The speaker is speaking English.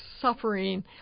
suffering